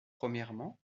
premièrement